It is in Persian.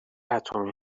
اتمی